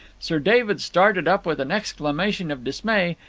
sir david started up with an exclamation of dismay,